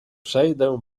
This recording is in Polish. przejdę